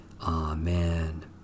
Amen